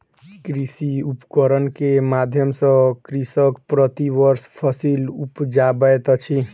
कृषि उपकरण के माध्यम सॅ कृषक प्रति वर्ष फसिल उपजाबैत अछि